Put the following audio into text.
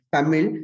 Tamil